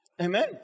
Amen